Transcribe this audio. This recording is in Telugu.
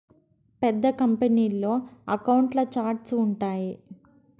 పెద్ద కంపెనీల్లో అకౌంట్ల ఛార్ట్స్ ఉంటాయి